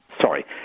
sorry –